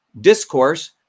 discourse